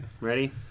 ready